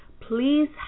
Please